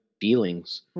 feelings